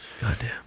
Goddamn